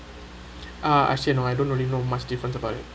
uh actually no I don't really know much different about it